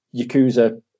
yakuza